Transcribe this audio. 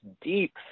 deep